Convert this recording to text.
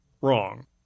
wrong